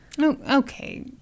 Okay